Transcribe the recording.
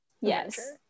yes